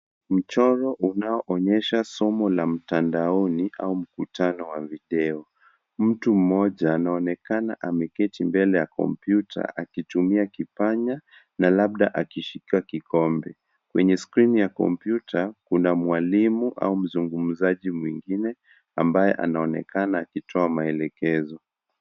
Mchoro unaoonyesha somo la mtandaoni au mkutano wa video. Mtu mmoja anaonekana ameketi mbele ya kompyuta akitumia kipanya, na labda akishika kikombe. Kwenye skrini ya kompyuta, kuna mwalimu au mzungumzaji mwingine ambaye anaonekana akitoa maelekezo.